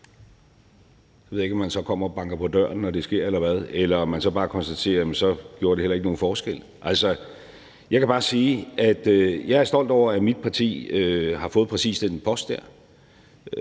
Jeg ved ikke, om man så kommer og banker på døren, når det sker – eller hvad – eller om man bare konstaterer, at så gjorde det heller ikke nogen forskel. Altså, jeg kan bare sige, at jeg er stolt over, at mit parti har fået præcis den her